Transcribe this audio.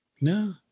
no